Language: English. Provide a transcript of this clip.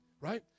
right